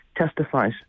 testifies